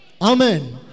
Amen